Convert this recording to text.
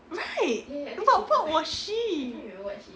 right but what was she